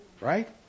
right